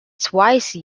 twice